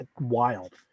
wild